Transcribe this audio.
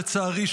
לצערי,